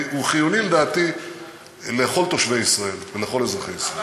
והוא חיוני לדעתי לכל תושבי ישראל ולכל אזרחי ישראל.